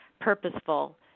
purposeful